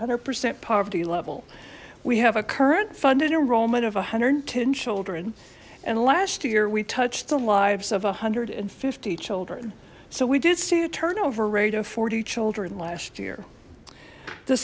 hundred percent poverty level we have a current funded enrollment of a hundred and ten children and last year we touched the lives of a hundred and fifty children so we did see a turnover rate of forty children last year the